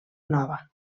nova